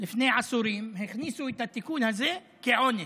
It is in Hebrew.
לפני עשורים הכניסו את התיקון הזה כעונש,